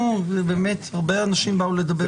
הרבה אנשים באו לדבר.